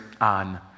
on